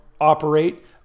operate